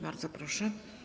Bardzo proszę.